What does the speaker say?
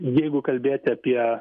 jeigu kalbėti apie